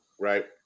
right